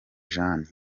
jane